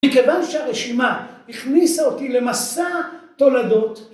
‫מכיוון שהרשימה הכניסה אותי ‫למסע תולדות.